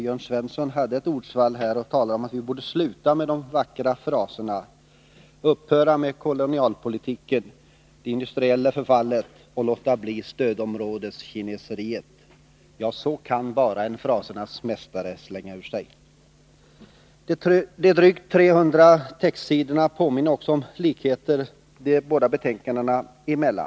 Jörn Svensson sade i sitt ordsvall att vi borde sluta med de vackra fraserna, upphöra med kolonialpolitiken, det industriella förfallet och låta bli stödområdeskineseriet. Ja, det kan bara en frasernas mästare slänga ur sig. De drygt 300 textsidorna påminner också om likheter de båda betänkandena emellan.